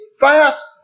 fast